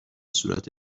صورت